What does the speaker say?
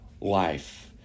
life